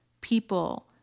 People